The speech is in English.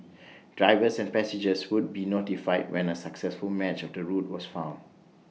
drivers and passengers would be notified when A successful match of the route was found